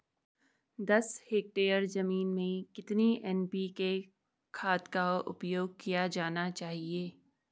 दस हेक्टेयर जमीन में कितनी एन.पी.के खाद का उपयोग किया जाना चाहिए?